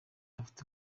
ifite